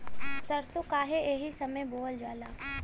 सरसो काहे एही समय बोवल जाला?